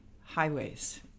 highways